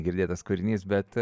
girdėtas kūrinys bet